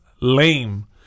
lame